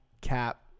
Cap